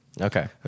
Okay